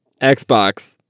xbox